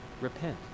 Repent